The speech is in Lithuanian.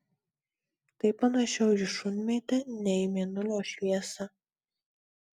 tai panašiau į šunmėtę nei į mėnulio šviesą